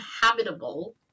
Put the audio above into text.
habitable